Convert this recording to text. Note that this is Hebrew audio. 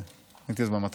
הייתי אז במטה.